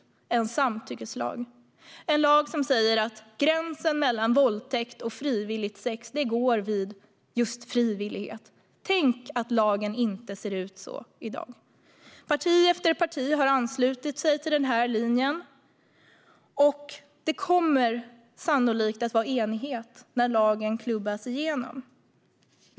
Det gäller en samtyckeslag, en lag som säger att gränsen mellan våldtäkt och frivilligt sex går vid just frivillighet. Tänk att lagen inte ser ut så i dag! Parti efter parti har anslutit sig till den här linjen. Det kommer sannolikt att råda enighet när lagen klubbas igenom.